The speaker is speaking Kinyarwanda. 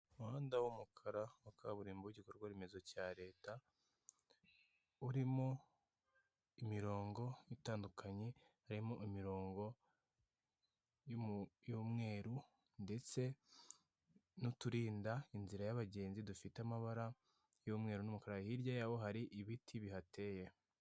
Umuhanda w'umukara wa kaburimbo w'igikorwa remezo cya leta, urimo imirongo itandukanye harimo imirongo y'umweru ndetse n'uturinda inzira y'abagenzi dufite amabara y'umweru n'umukara, hirya y'aho hari ibiti bihateye.